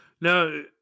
Now